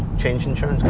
changing term.